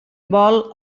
vol